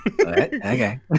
Okay